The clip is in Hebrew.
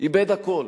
איבד הכול: